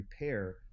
repair